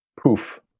poof